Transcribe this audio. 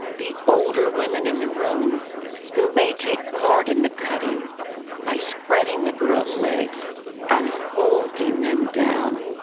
the older women in the room who may take part in the cutting by spreading the girl's legs and holding them down,